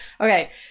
Okay